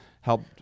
help